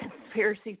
conspiracy